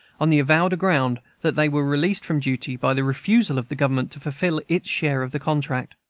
on the avowed ground that they were released from duty by the refusal of the government to fulfill its share of the contract.